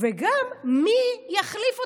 וגם, מי יחליף אותם?